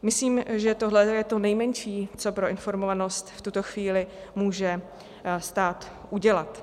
Myslím, že tohle je to nejmenší, co pro informovanost v tuto chvíli může stát udělat.